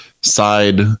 side